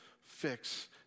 fix